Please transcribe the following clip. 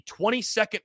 22nd